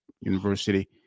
university